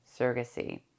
surrogacy